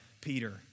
Peter